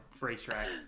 racetrack